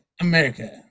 America